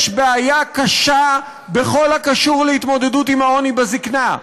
יש בעיה קשה בכל הקשור להתמודדות עם העוני בזיקנה,